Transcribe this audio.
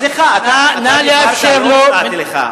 סליחה, אתה דיברת, לא הפרעתי לך.